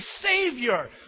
Savior